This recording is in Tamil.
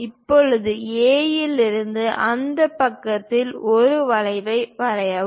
இப்போது A இலிருந்து அந்த பக்கத்தில் ஒரு வளைவை வரையவும்